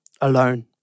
alone